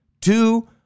two